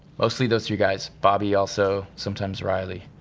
mostly those three guys. bobby also, sometimes riley,